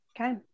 Okay